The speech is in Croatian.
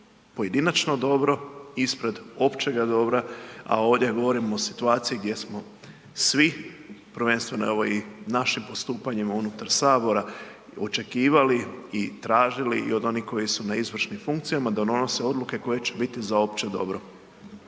pojedinačno dobro, ispred općega dobra, a ovdje govorimo o situaciji gdje smo svi, prvenstveno evo i našim postupanjima unutar sabora očekivali i tražili i od onih koji su na izvršnim funkcijama da donose odluke koje će biti za opće dobro.